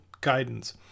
guidance